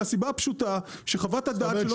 מהסיבה הפשוטה שחוות הדעת שלו.